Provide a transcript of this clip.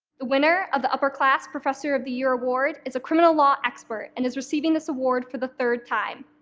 the winner of the upperclass professor of the year award is a criminal law expert and is receiving this award for the third time.